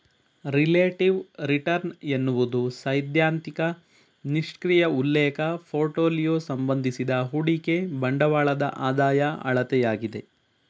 relative return ಎನ್ನುವುದು ಸೈದ್ಧಾಂತಿಕ ನಿಷ್ಕ್ರಿಯ ಉಲ್ಲೇಖ ಪೋರ್ಟ್ಫೋಲಿಯೋ ಸಂಬಂಧಿಸಿದ ಹೂಡಿಕೆ ಬಂಡವಾಳದ ಆದಾಯ ಅಳತೆಯಾಗಿದೆ